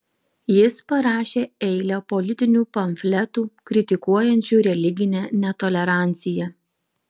jis parašė eilę politinių pamfletų kritikuojančių religinę netoleranciją